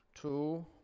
Two